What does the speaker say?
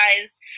guys